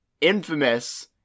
infamous